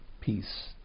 peace